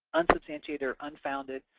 unsubstantiated, or unfounded,